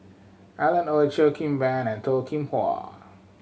Alan Oei Cheo Kim Ban and Toh Kim Hwa